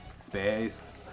Space